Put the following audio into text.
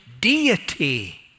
deity